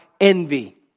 envy